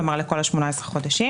זאת אומרת לכל 18 החודשים,